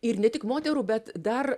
ir ne tik moterų bet dar